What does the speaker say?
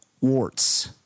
warts